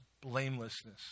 blamelessness